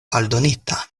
aldonita